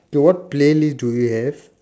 okay what playlist do you have